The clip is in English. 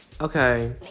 Okay